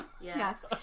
Yes